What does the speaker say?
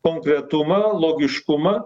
konkretumą logiškumą